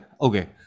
Okay